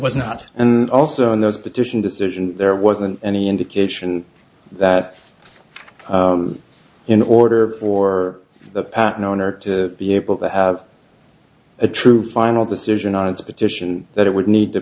was not and also in those petition decision there wasn't any indication that in order for the patent owner to be able to have a true final decision on its petition that it would need to